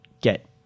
get